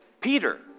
Peter